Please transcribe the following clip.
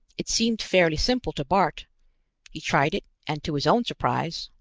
it seemed fairly simple to bart he tried it, and to his own surprise,